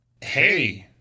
Hey